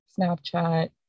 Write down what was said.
Snapchat